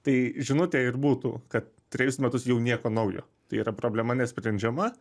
tai žinutė ir būtų kad trejus metus jau nieko naujo tai yra problema nesprendžiama